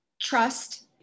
Trust